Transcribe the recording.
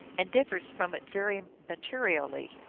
and differs from it very materially.